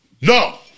No